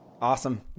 Awesome